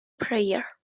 prayer